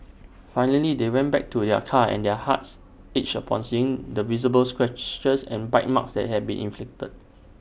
finally they went back to their car and their hearts ached upon seeing the visible scratches and bite marks that had been inflicted